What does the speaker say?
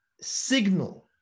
signal